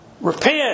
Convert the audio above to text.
Repent